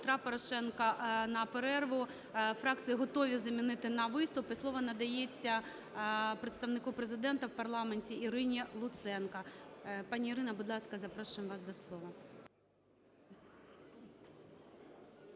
Петра Порошенка" на перерву. Фракції готові замінити на виступ і слово надається представнику Президента в парламенті Ірині Луценко. Пані Ірино, будь ласка, запрошуємо вас до слова.